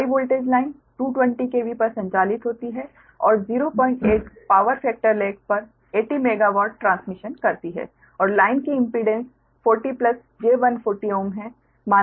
high voltage line 220 KV पर संचालित होती है और 08 पावर फैक्टर लैग पर 80 मेगावाट ट्रांसमिट करती है और लाइन की इम्पीडेंस 40 j 140 Ω है